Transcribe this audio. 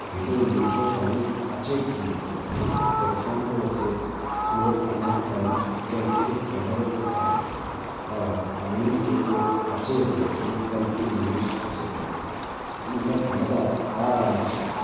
हेॾो मिठो पाणी अचे कीअं थो किथां थो अचे उहो अञा ताईं कंहिं खे ख़बरु ई कान्हे पर पाणी जेको अचे थो उहो कंटीन्यूअस अचे थो मतिलबु लॻातारु अचे थो